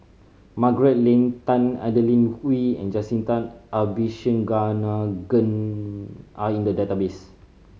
Margaret Leng Tan Adeline Ooi and Jacintha Abisheganaden are in the database